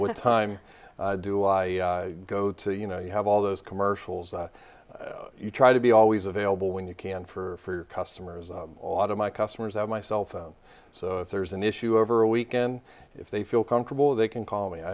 what time do i go to you know you have all those commercials you try to be always available when you can for your customers a lot of my customers are my cell phone so there's an issue over a weekend if they feel comfortable they can call me i